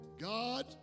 God